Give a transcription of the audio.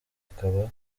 ikaba